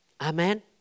Amen